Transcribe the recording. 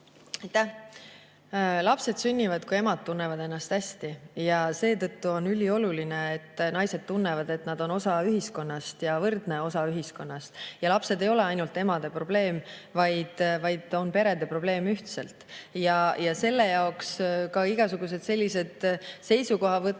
Lapsed sünnivad, kui emad tunnevad ennast hästi. Seetõttu on ülioluline, et naised tunnevad, et nad on osa ühiskonnast, võrdne osa ühiskonnast, ja lapsed ei ole ainult emade probleem, vaid on perede probleem ühiselt. Ka igasugused sellised seisukohavõtud,